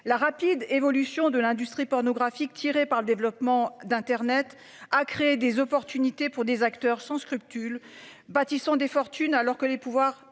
la rapide évolution de l'industrie pornographique tirée par le développement d'Internet à créer des opportunités pour des acteurs sans scrupules bâtissons des fortunes alors que les pouvoirs